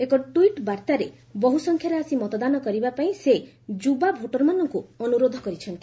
ଏକ ଟ୍ୱିଟ୍ ବାର୍ଭାରେ ବହ୍ ସଂଖ୍ୟାରେ ଆସି ମତଦାନ କରିବାପାଇଁ ସେ ଯୁବା ଭୋଟର୍ମାନଙ୍କୁ ଅନୁରୋଧ କରିଛନ୍ତି